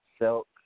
Silk